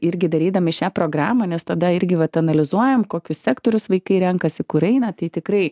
irgi darydami šią programą nes tada irgi vat analizuojam kokius sektorius vaikai renkasi kur eina tai tikrai